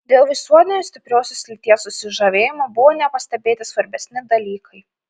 dėl visuotinio stipriosios lyties susižavėjimo buvo nepastebėti svarbesni dalykai